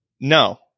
No